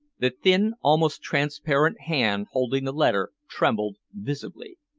the thin, almost transparent hand holding the letter trembled visibly.